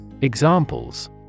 Examples